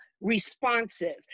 responsive